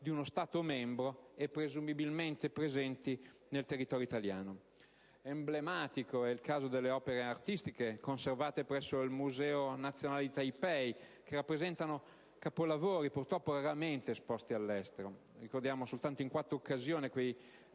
di uno Stato membro e presumibilmente presenti nel territorio italiano. Emblematico è il caso delle opere artistiche conservate presso il Museo nazionale di Taipei, che rappresentano capolavori purtroppo raramente esposti all'estero. Soltanto in quattro occasioni quei